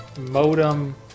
modem